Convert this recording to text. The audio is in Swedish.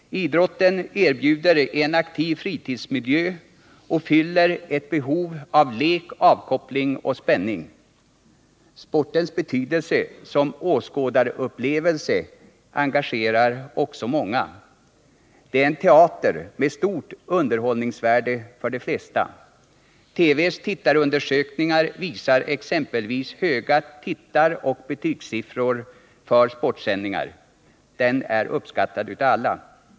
Idrotten erbjuder en aktiv fritidsmiljö och fyller ett behov av lek, avkoppling och spänning. Sportens betydelse som åskådarupplevelse engagerar också många. Det är en ”teater” med stort underhållningsvärde för de flesta. TV:s tittarundersökningar visar exempelvis höga tittaroch betygssiffror för sportsändningar.